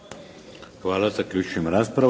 Hvala. Zaključujem raspravu.